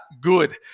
good